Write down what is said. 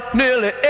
nearly